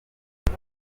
uyu